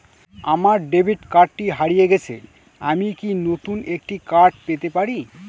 আমার ডেবিট কার্ডটি হারিয়ে গেছে আমি কি নতুন একটি কার্ড পেতে পারি?